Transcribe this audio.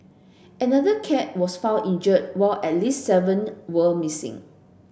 another cat was found injured while at least seven were missing